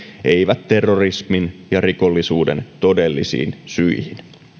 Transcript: eivät terrorismin ja rikollisuuden todellisiin syihin